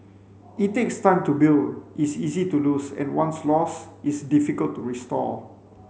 it takes time to build is easy to lose and once lost is difficult to restore